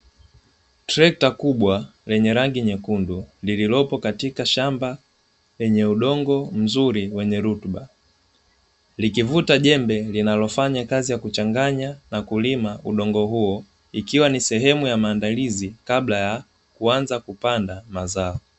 Trekta kubwa lenye rangi nyekundu lililopo katika shamba lenye udongo mzuri wenye rutuba. Likivuta jembe linalofanya kazi ya kuchanganya na kulima udongo huo, ikiwa ni sehemu ya maandalizi kabla ya kuanza kupanda mazao.